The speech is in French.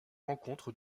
rencontres